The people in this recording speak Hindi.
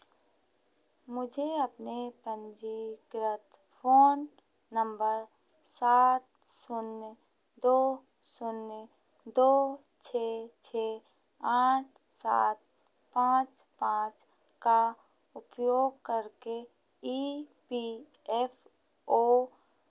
मुझे अपने पंजीकृत फोन नंबर सात शून्य दो शून्य दो छः छः आठ सात पाँच पाँच का उपयोग करके ई पी एफ ओ